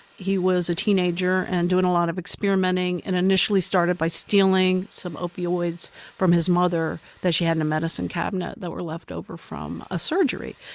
he was a teenager and doing a lot of experimenting and initially started by stealing some opioids from his mother that she had in a medicine cabinet that were left over from a surgery.